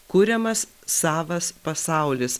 kuriamas savas pasaulis